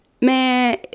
man